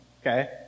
okay